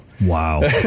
wow